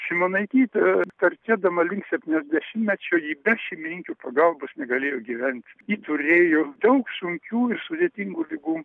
simonaitytė artėdama link septyniasdešimtmečio ji be šeimininkių pagalbos negalėjo gyvent ji turėjo daug sunkių ir sudėtingų ligų